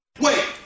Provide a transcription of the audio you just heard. wait